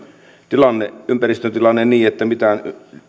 tilanne niin että mitään